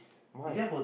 why